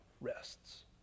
rests